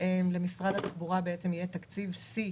למשרד התחבורה תקציב שיא